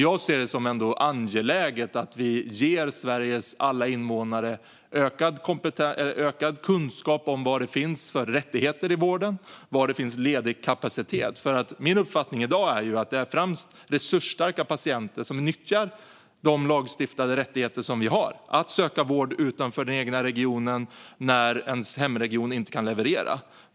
Jag ser det som angeläget att vi ger Sveriges alla invånare ökad kunskap om vad det finns för rättigheter i vården och var det finns ledig kapacitet. Min uppfattning i dag är att det främst är resursstarka patienter som nyttjar de lagstiftade rättigheter som vi har att söka vård utanför den egna regionen när ens hemregion inte kan leverera.